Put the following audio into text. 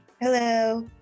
Hello